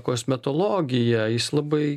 kosmetologija jis labai